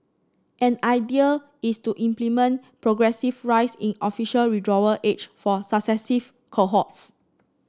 an idea is to implement progressive rise in official withdrawal age for successive cohorts